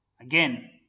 Again